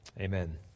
Amen